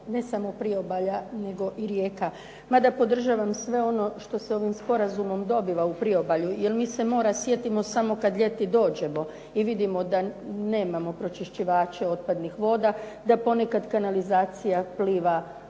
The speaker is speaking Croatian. ne samo priobalja nego i rijeka mada podržavam sve ono što se ovim sporazumom dobilo u priobalju. Jer mi se mora sjetimo samo kad ljeti dođemo i vidimo da nemamo pročiščivače otpadnih voda, da ponekad kanalizacija pliva uz našu